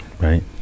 right